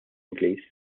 ingliż